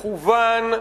מכוון,